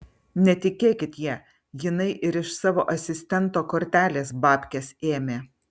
netikėkit ja jinai ir iš savo asistento kortelės babkes ėmė